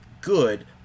good